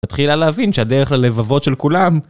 התחילה להבין שהדרך ללבבות של כולם...